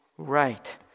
Right